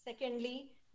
Secondly